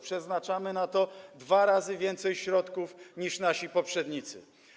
Przeznaczamy na to dwa razy więcej środków niż nasi poprzednicy.